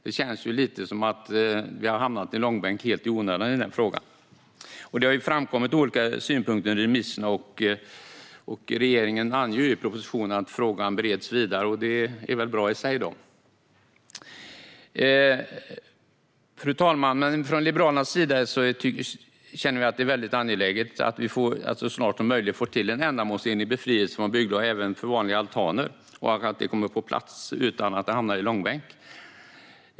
Det känns lite som att vi har hamnat i långbänk helt i onödan när det gäller den frågan. Det har framkommit olika synpunkter hos remissinstanserna, och regeringen anger i propositionen att frågan bereds vidare. Det är väl bra i sig. Fru talman! Från Liberalernas sida känner vi att det är väldigt angeläget att vi så snart som möjligt får till en ändamålsenlig befrielse från bygglov även för vanliga altaner och att detta kommer på plats utan att det hamnar i långbänk.